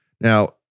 Now